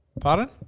Pardon